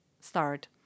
start